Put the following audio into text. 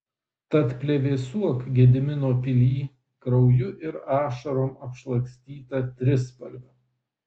tad plevėsuok gedimino pily krauju ir ašarom apšlakstyta trispalve